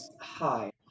Hi